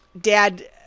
Dad